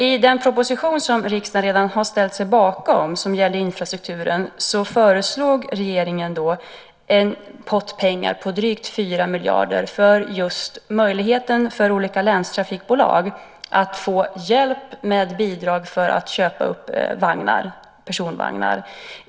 I den proposition som riksdagen redan har ställt sig bakom, som gäller infrastrukturen, föreslog regeringen en pott pengar på drygt 4 miljarder för just möjligheten för olika länstrafikbolag att få hjälp med bidrag för att köpa upp personvagnar.